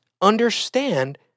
understand